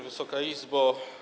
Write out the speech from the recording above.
Wysoka Izbo!